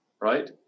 right